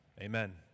Amen